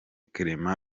clement